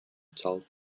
told